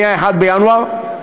מ-1בינואר.